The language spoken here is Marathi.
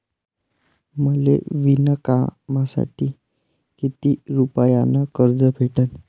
मले विणकामासाठी किती रुपयानं कर्ज भेटन?